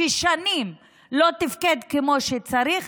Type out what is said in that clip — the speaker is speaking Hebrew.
ששנים לא תפקד כמו שצריך,